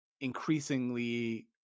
increasingly